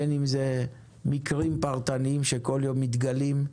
בין אם זה מקרים פרטניים שכל יום מתגלים,